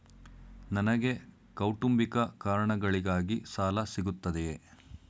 ನನಗೆ ಕೌಟುಂಬಿಕ ಕಾರಣಗಳಿಗಾಗಿ ಸಾಲ ಸಿಗುತ್ತದೆಯೇ?